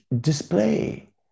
display